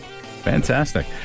Fantastic